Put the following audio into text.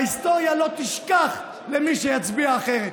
ההיסטוריה לא תשכח למי שיצביע אחרת.